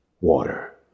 water